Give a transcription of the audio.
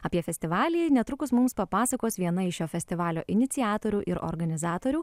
apie festivalį netrukus mums papasakos viena iš šio festivalio iniciatorių ir organizatorių